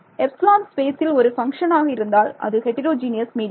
ε space இல் ஒரு function ஆக இருந்தால் அது ஹெடிரோஜீனியஸ் மீடியம்